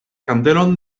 kandelon